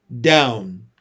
down